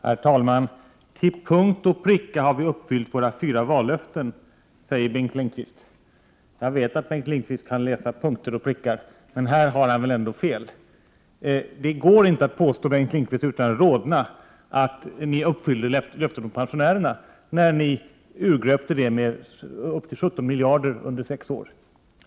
Herr talman! Till punkt och pricka har vi uppfyllt våra fyra vallöften, sade Bengt Lindqvist. Jag vet att Bengt Lindqvist kan läsa punkter och prickar, men här har han väl ändå fel. Det går inte, Bengt Lindqvist, att utan att rodna säga att ni uppfyllde löftena gentemot pensionärerna, då ni ju under sex år gröpte ur bidraget med bortåt 17 miljarder kronor.